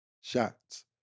shots